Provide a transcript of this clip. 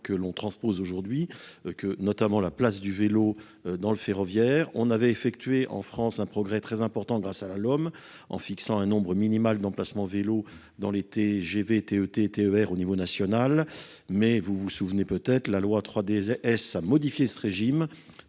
que l'on transpose aujourd'hui que notamment la place du vélo dans le ferroviaire, on avait effectué en France un progrès très important. Grâce à la l'homme en fixant un nombre minimal d'emplacements vélo dans l'été j'avais été T TER au niveau national. Mais vous vous souvenez peut-être la loi trois des s à modifier ce régime